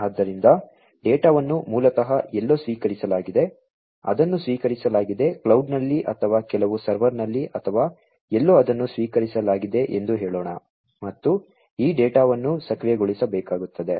ಆದ್ದರಿಂದ ಡೇಟಾವನ್ನು ಮೂಲತಃ ಎಲ್ಲೋ ಸ್ವೀಕರಿಸಲಾಗಿದೆ ಅದನ್ನು ಸ್ವೀಕರಿಸಲಾಗಿದೆ ಕ್ಲೌಡ್ನಲ್ಲಿ ಅಥವಾ ಕೆಲವು ಸರ್ವರ್ನಲ್ಲಿ ಅಥವಾ ಎಲ್ಲೋ ಅದನ್ನು ಸ್ವೀಕರಿಸಲಾಗಿದೆ ಎಂದು ಹೇಳೋಣ ಮತ್ತು ಈ ಡೇಟಾವನ್ನು ಪ್ರಕ್ರಿಯೆಗೊಳಿಸಬೇಕಾಗುತ್ತದೆ